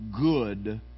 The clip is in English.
good